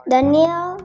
Daniel